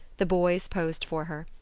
the boys posed for her.